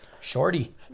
Shorty